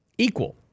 Equal